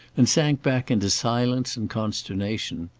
and sank back into silence and consternation.